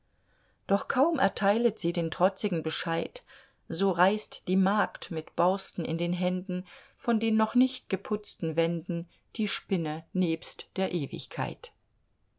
doch kaum erteilet sie den trotzigen bescheid so reißt die magd mit borsten in den händen von den noch nicht geputzten wänden die spinne nebst der ewigkeit